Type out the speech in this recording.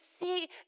see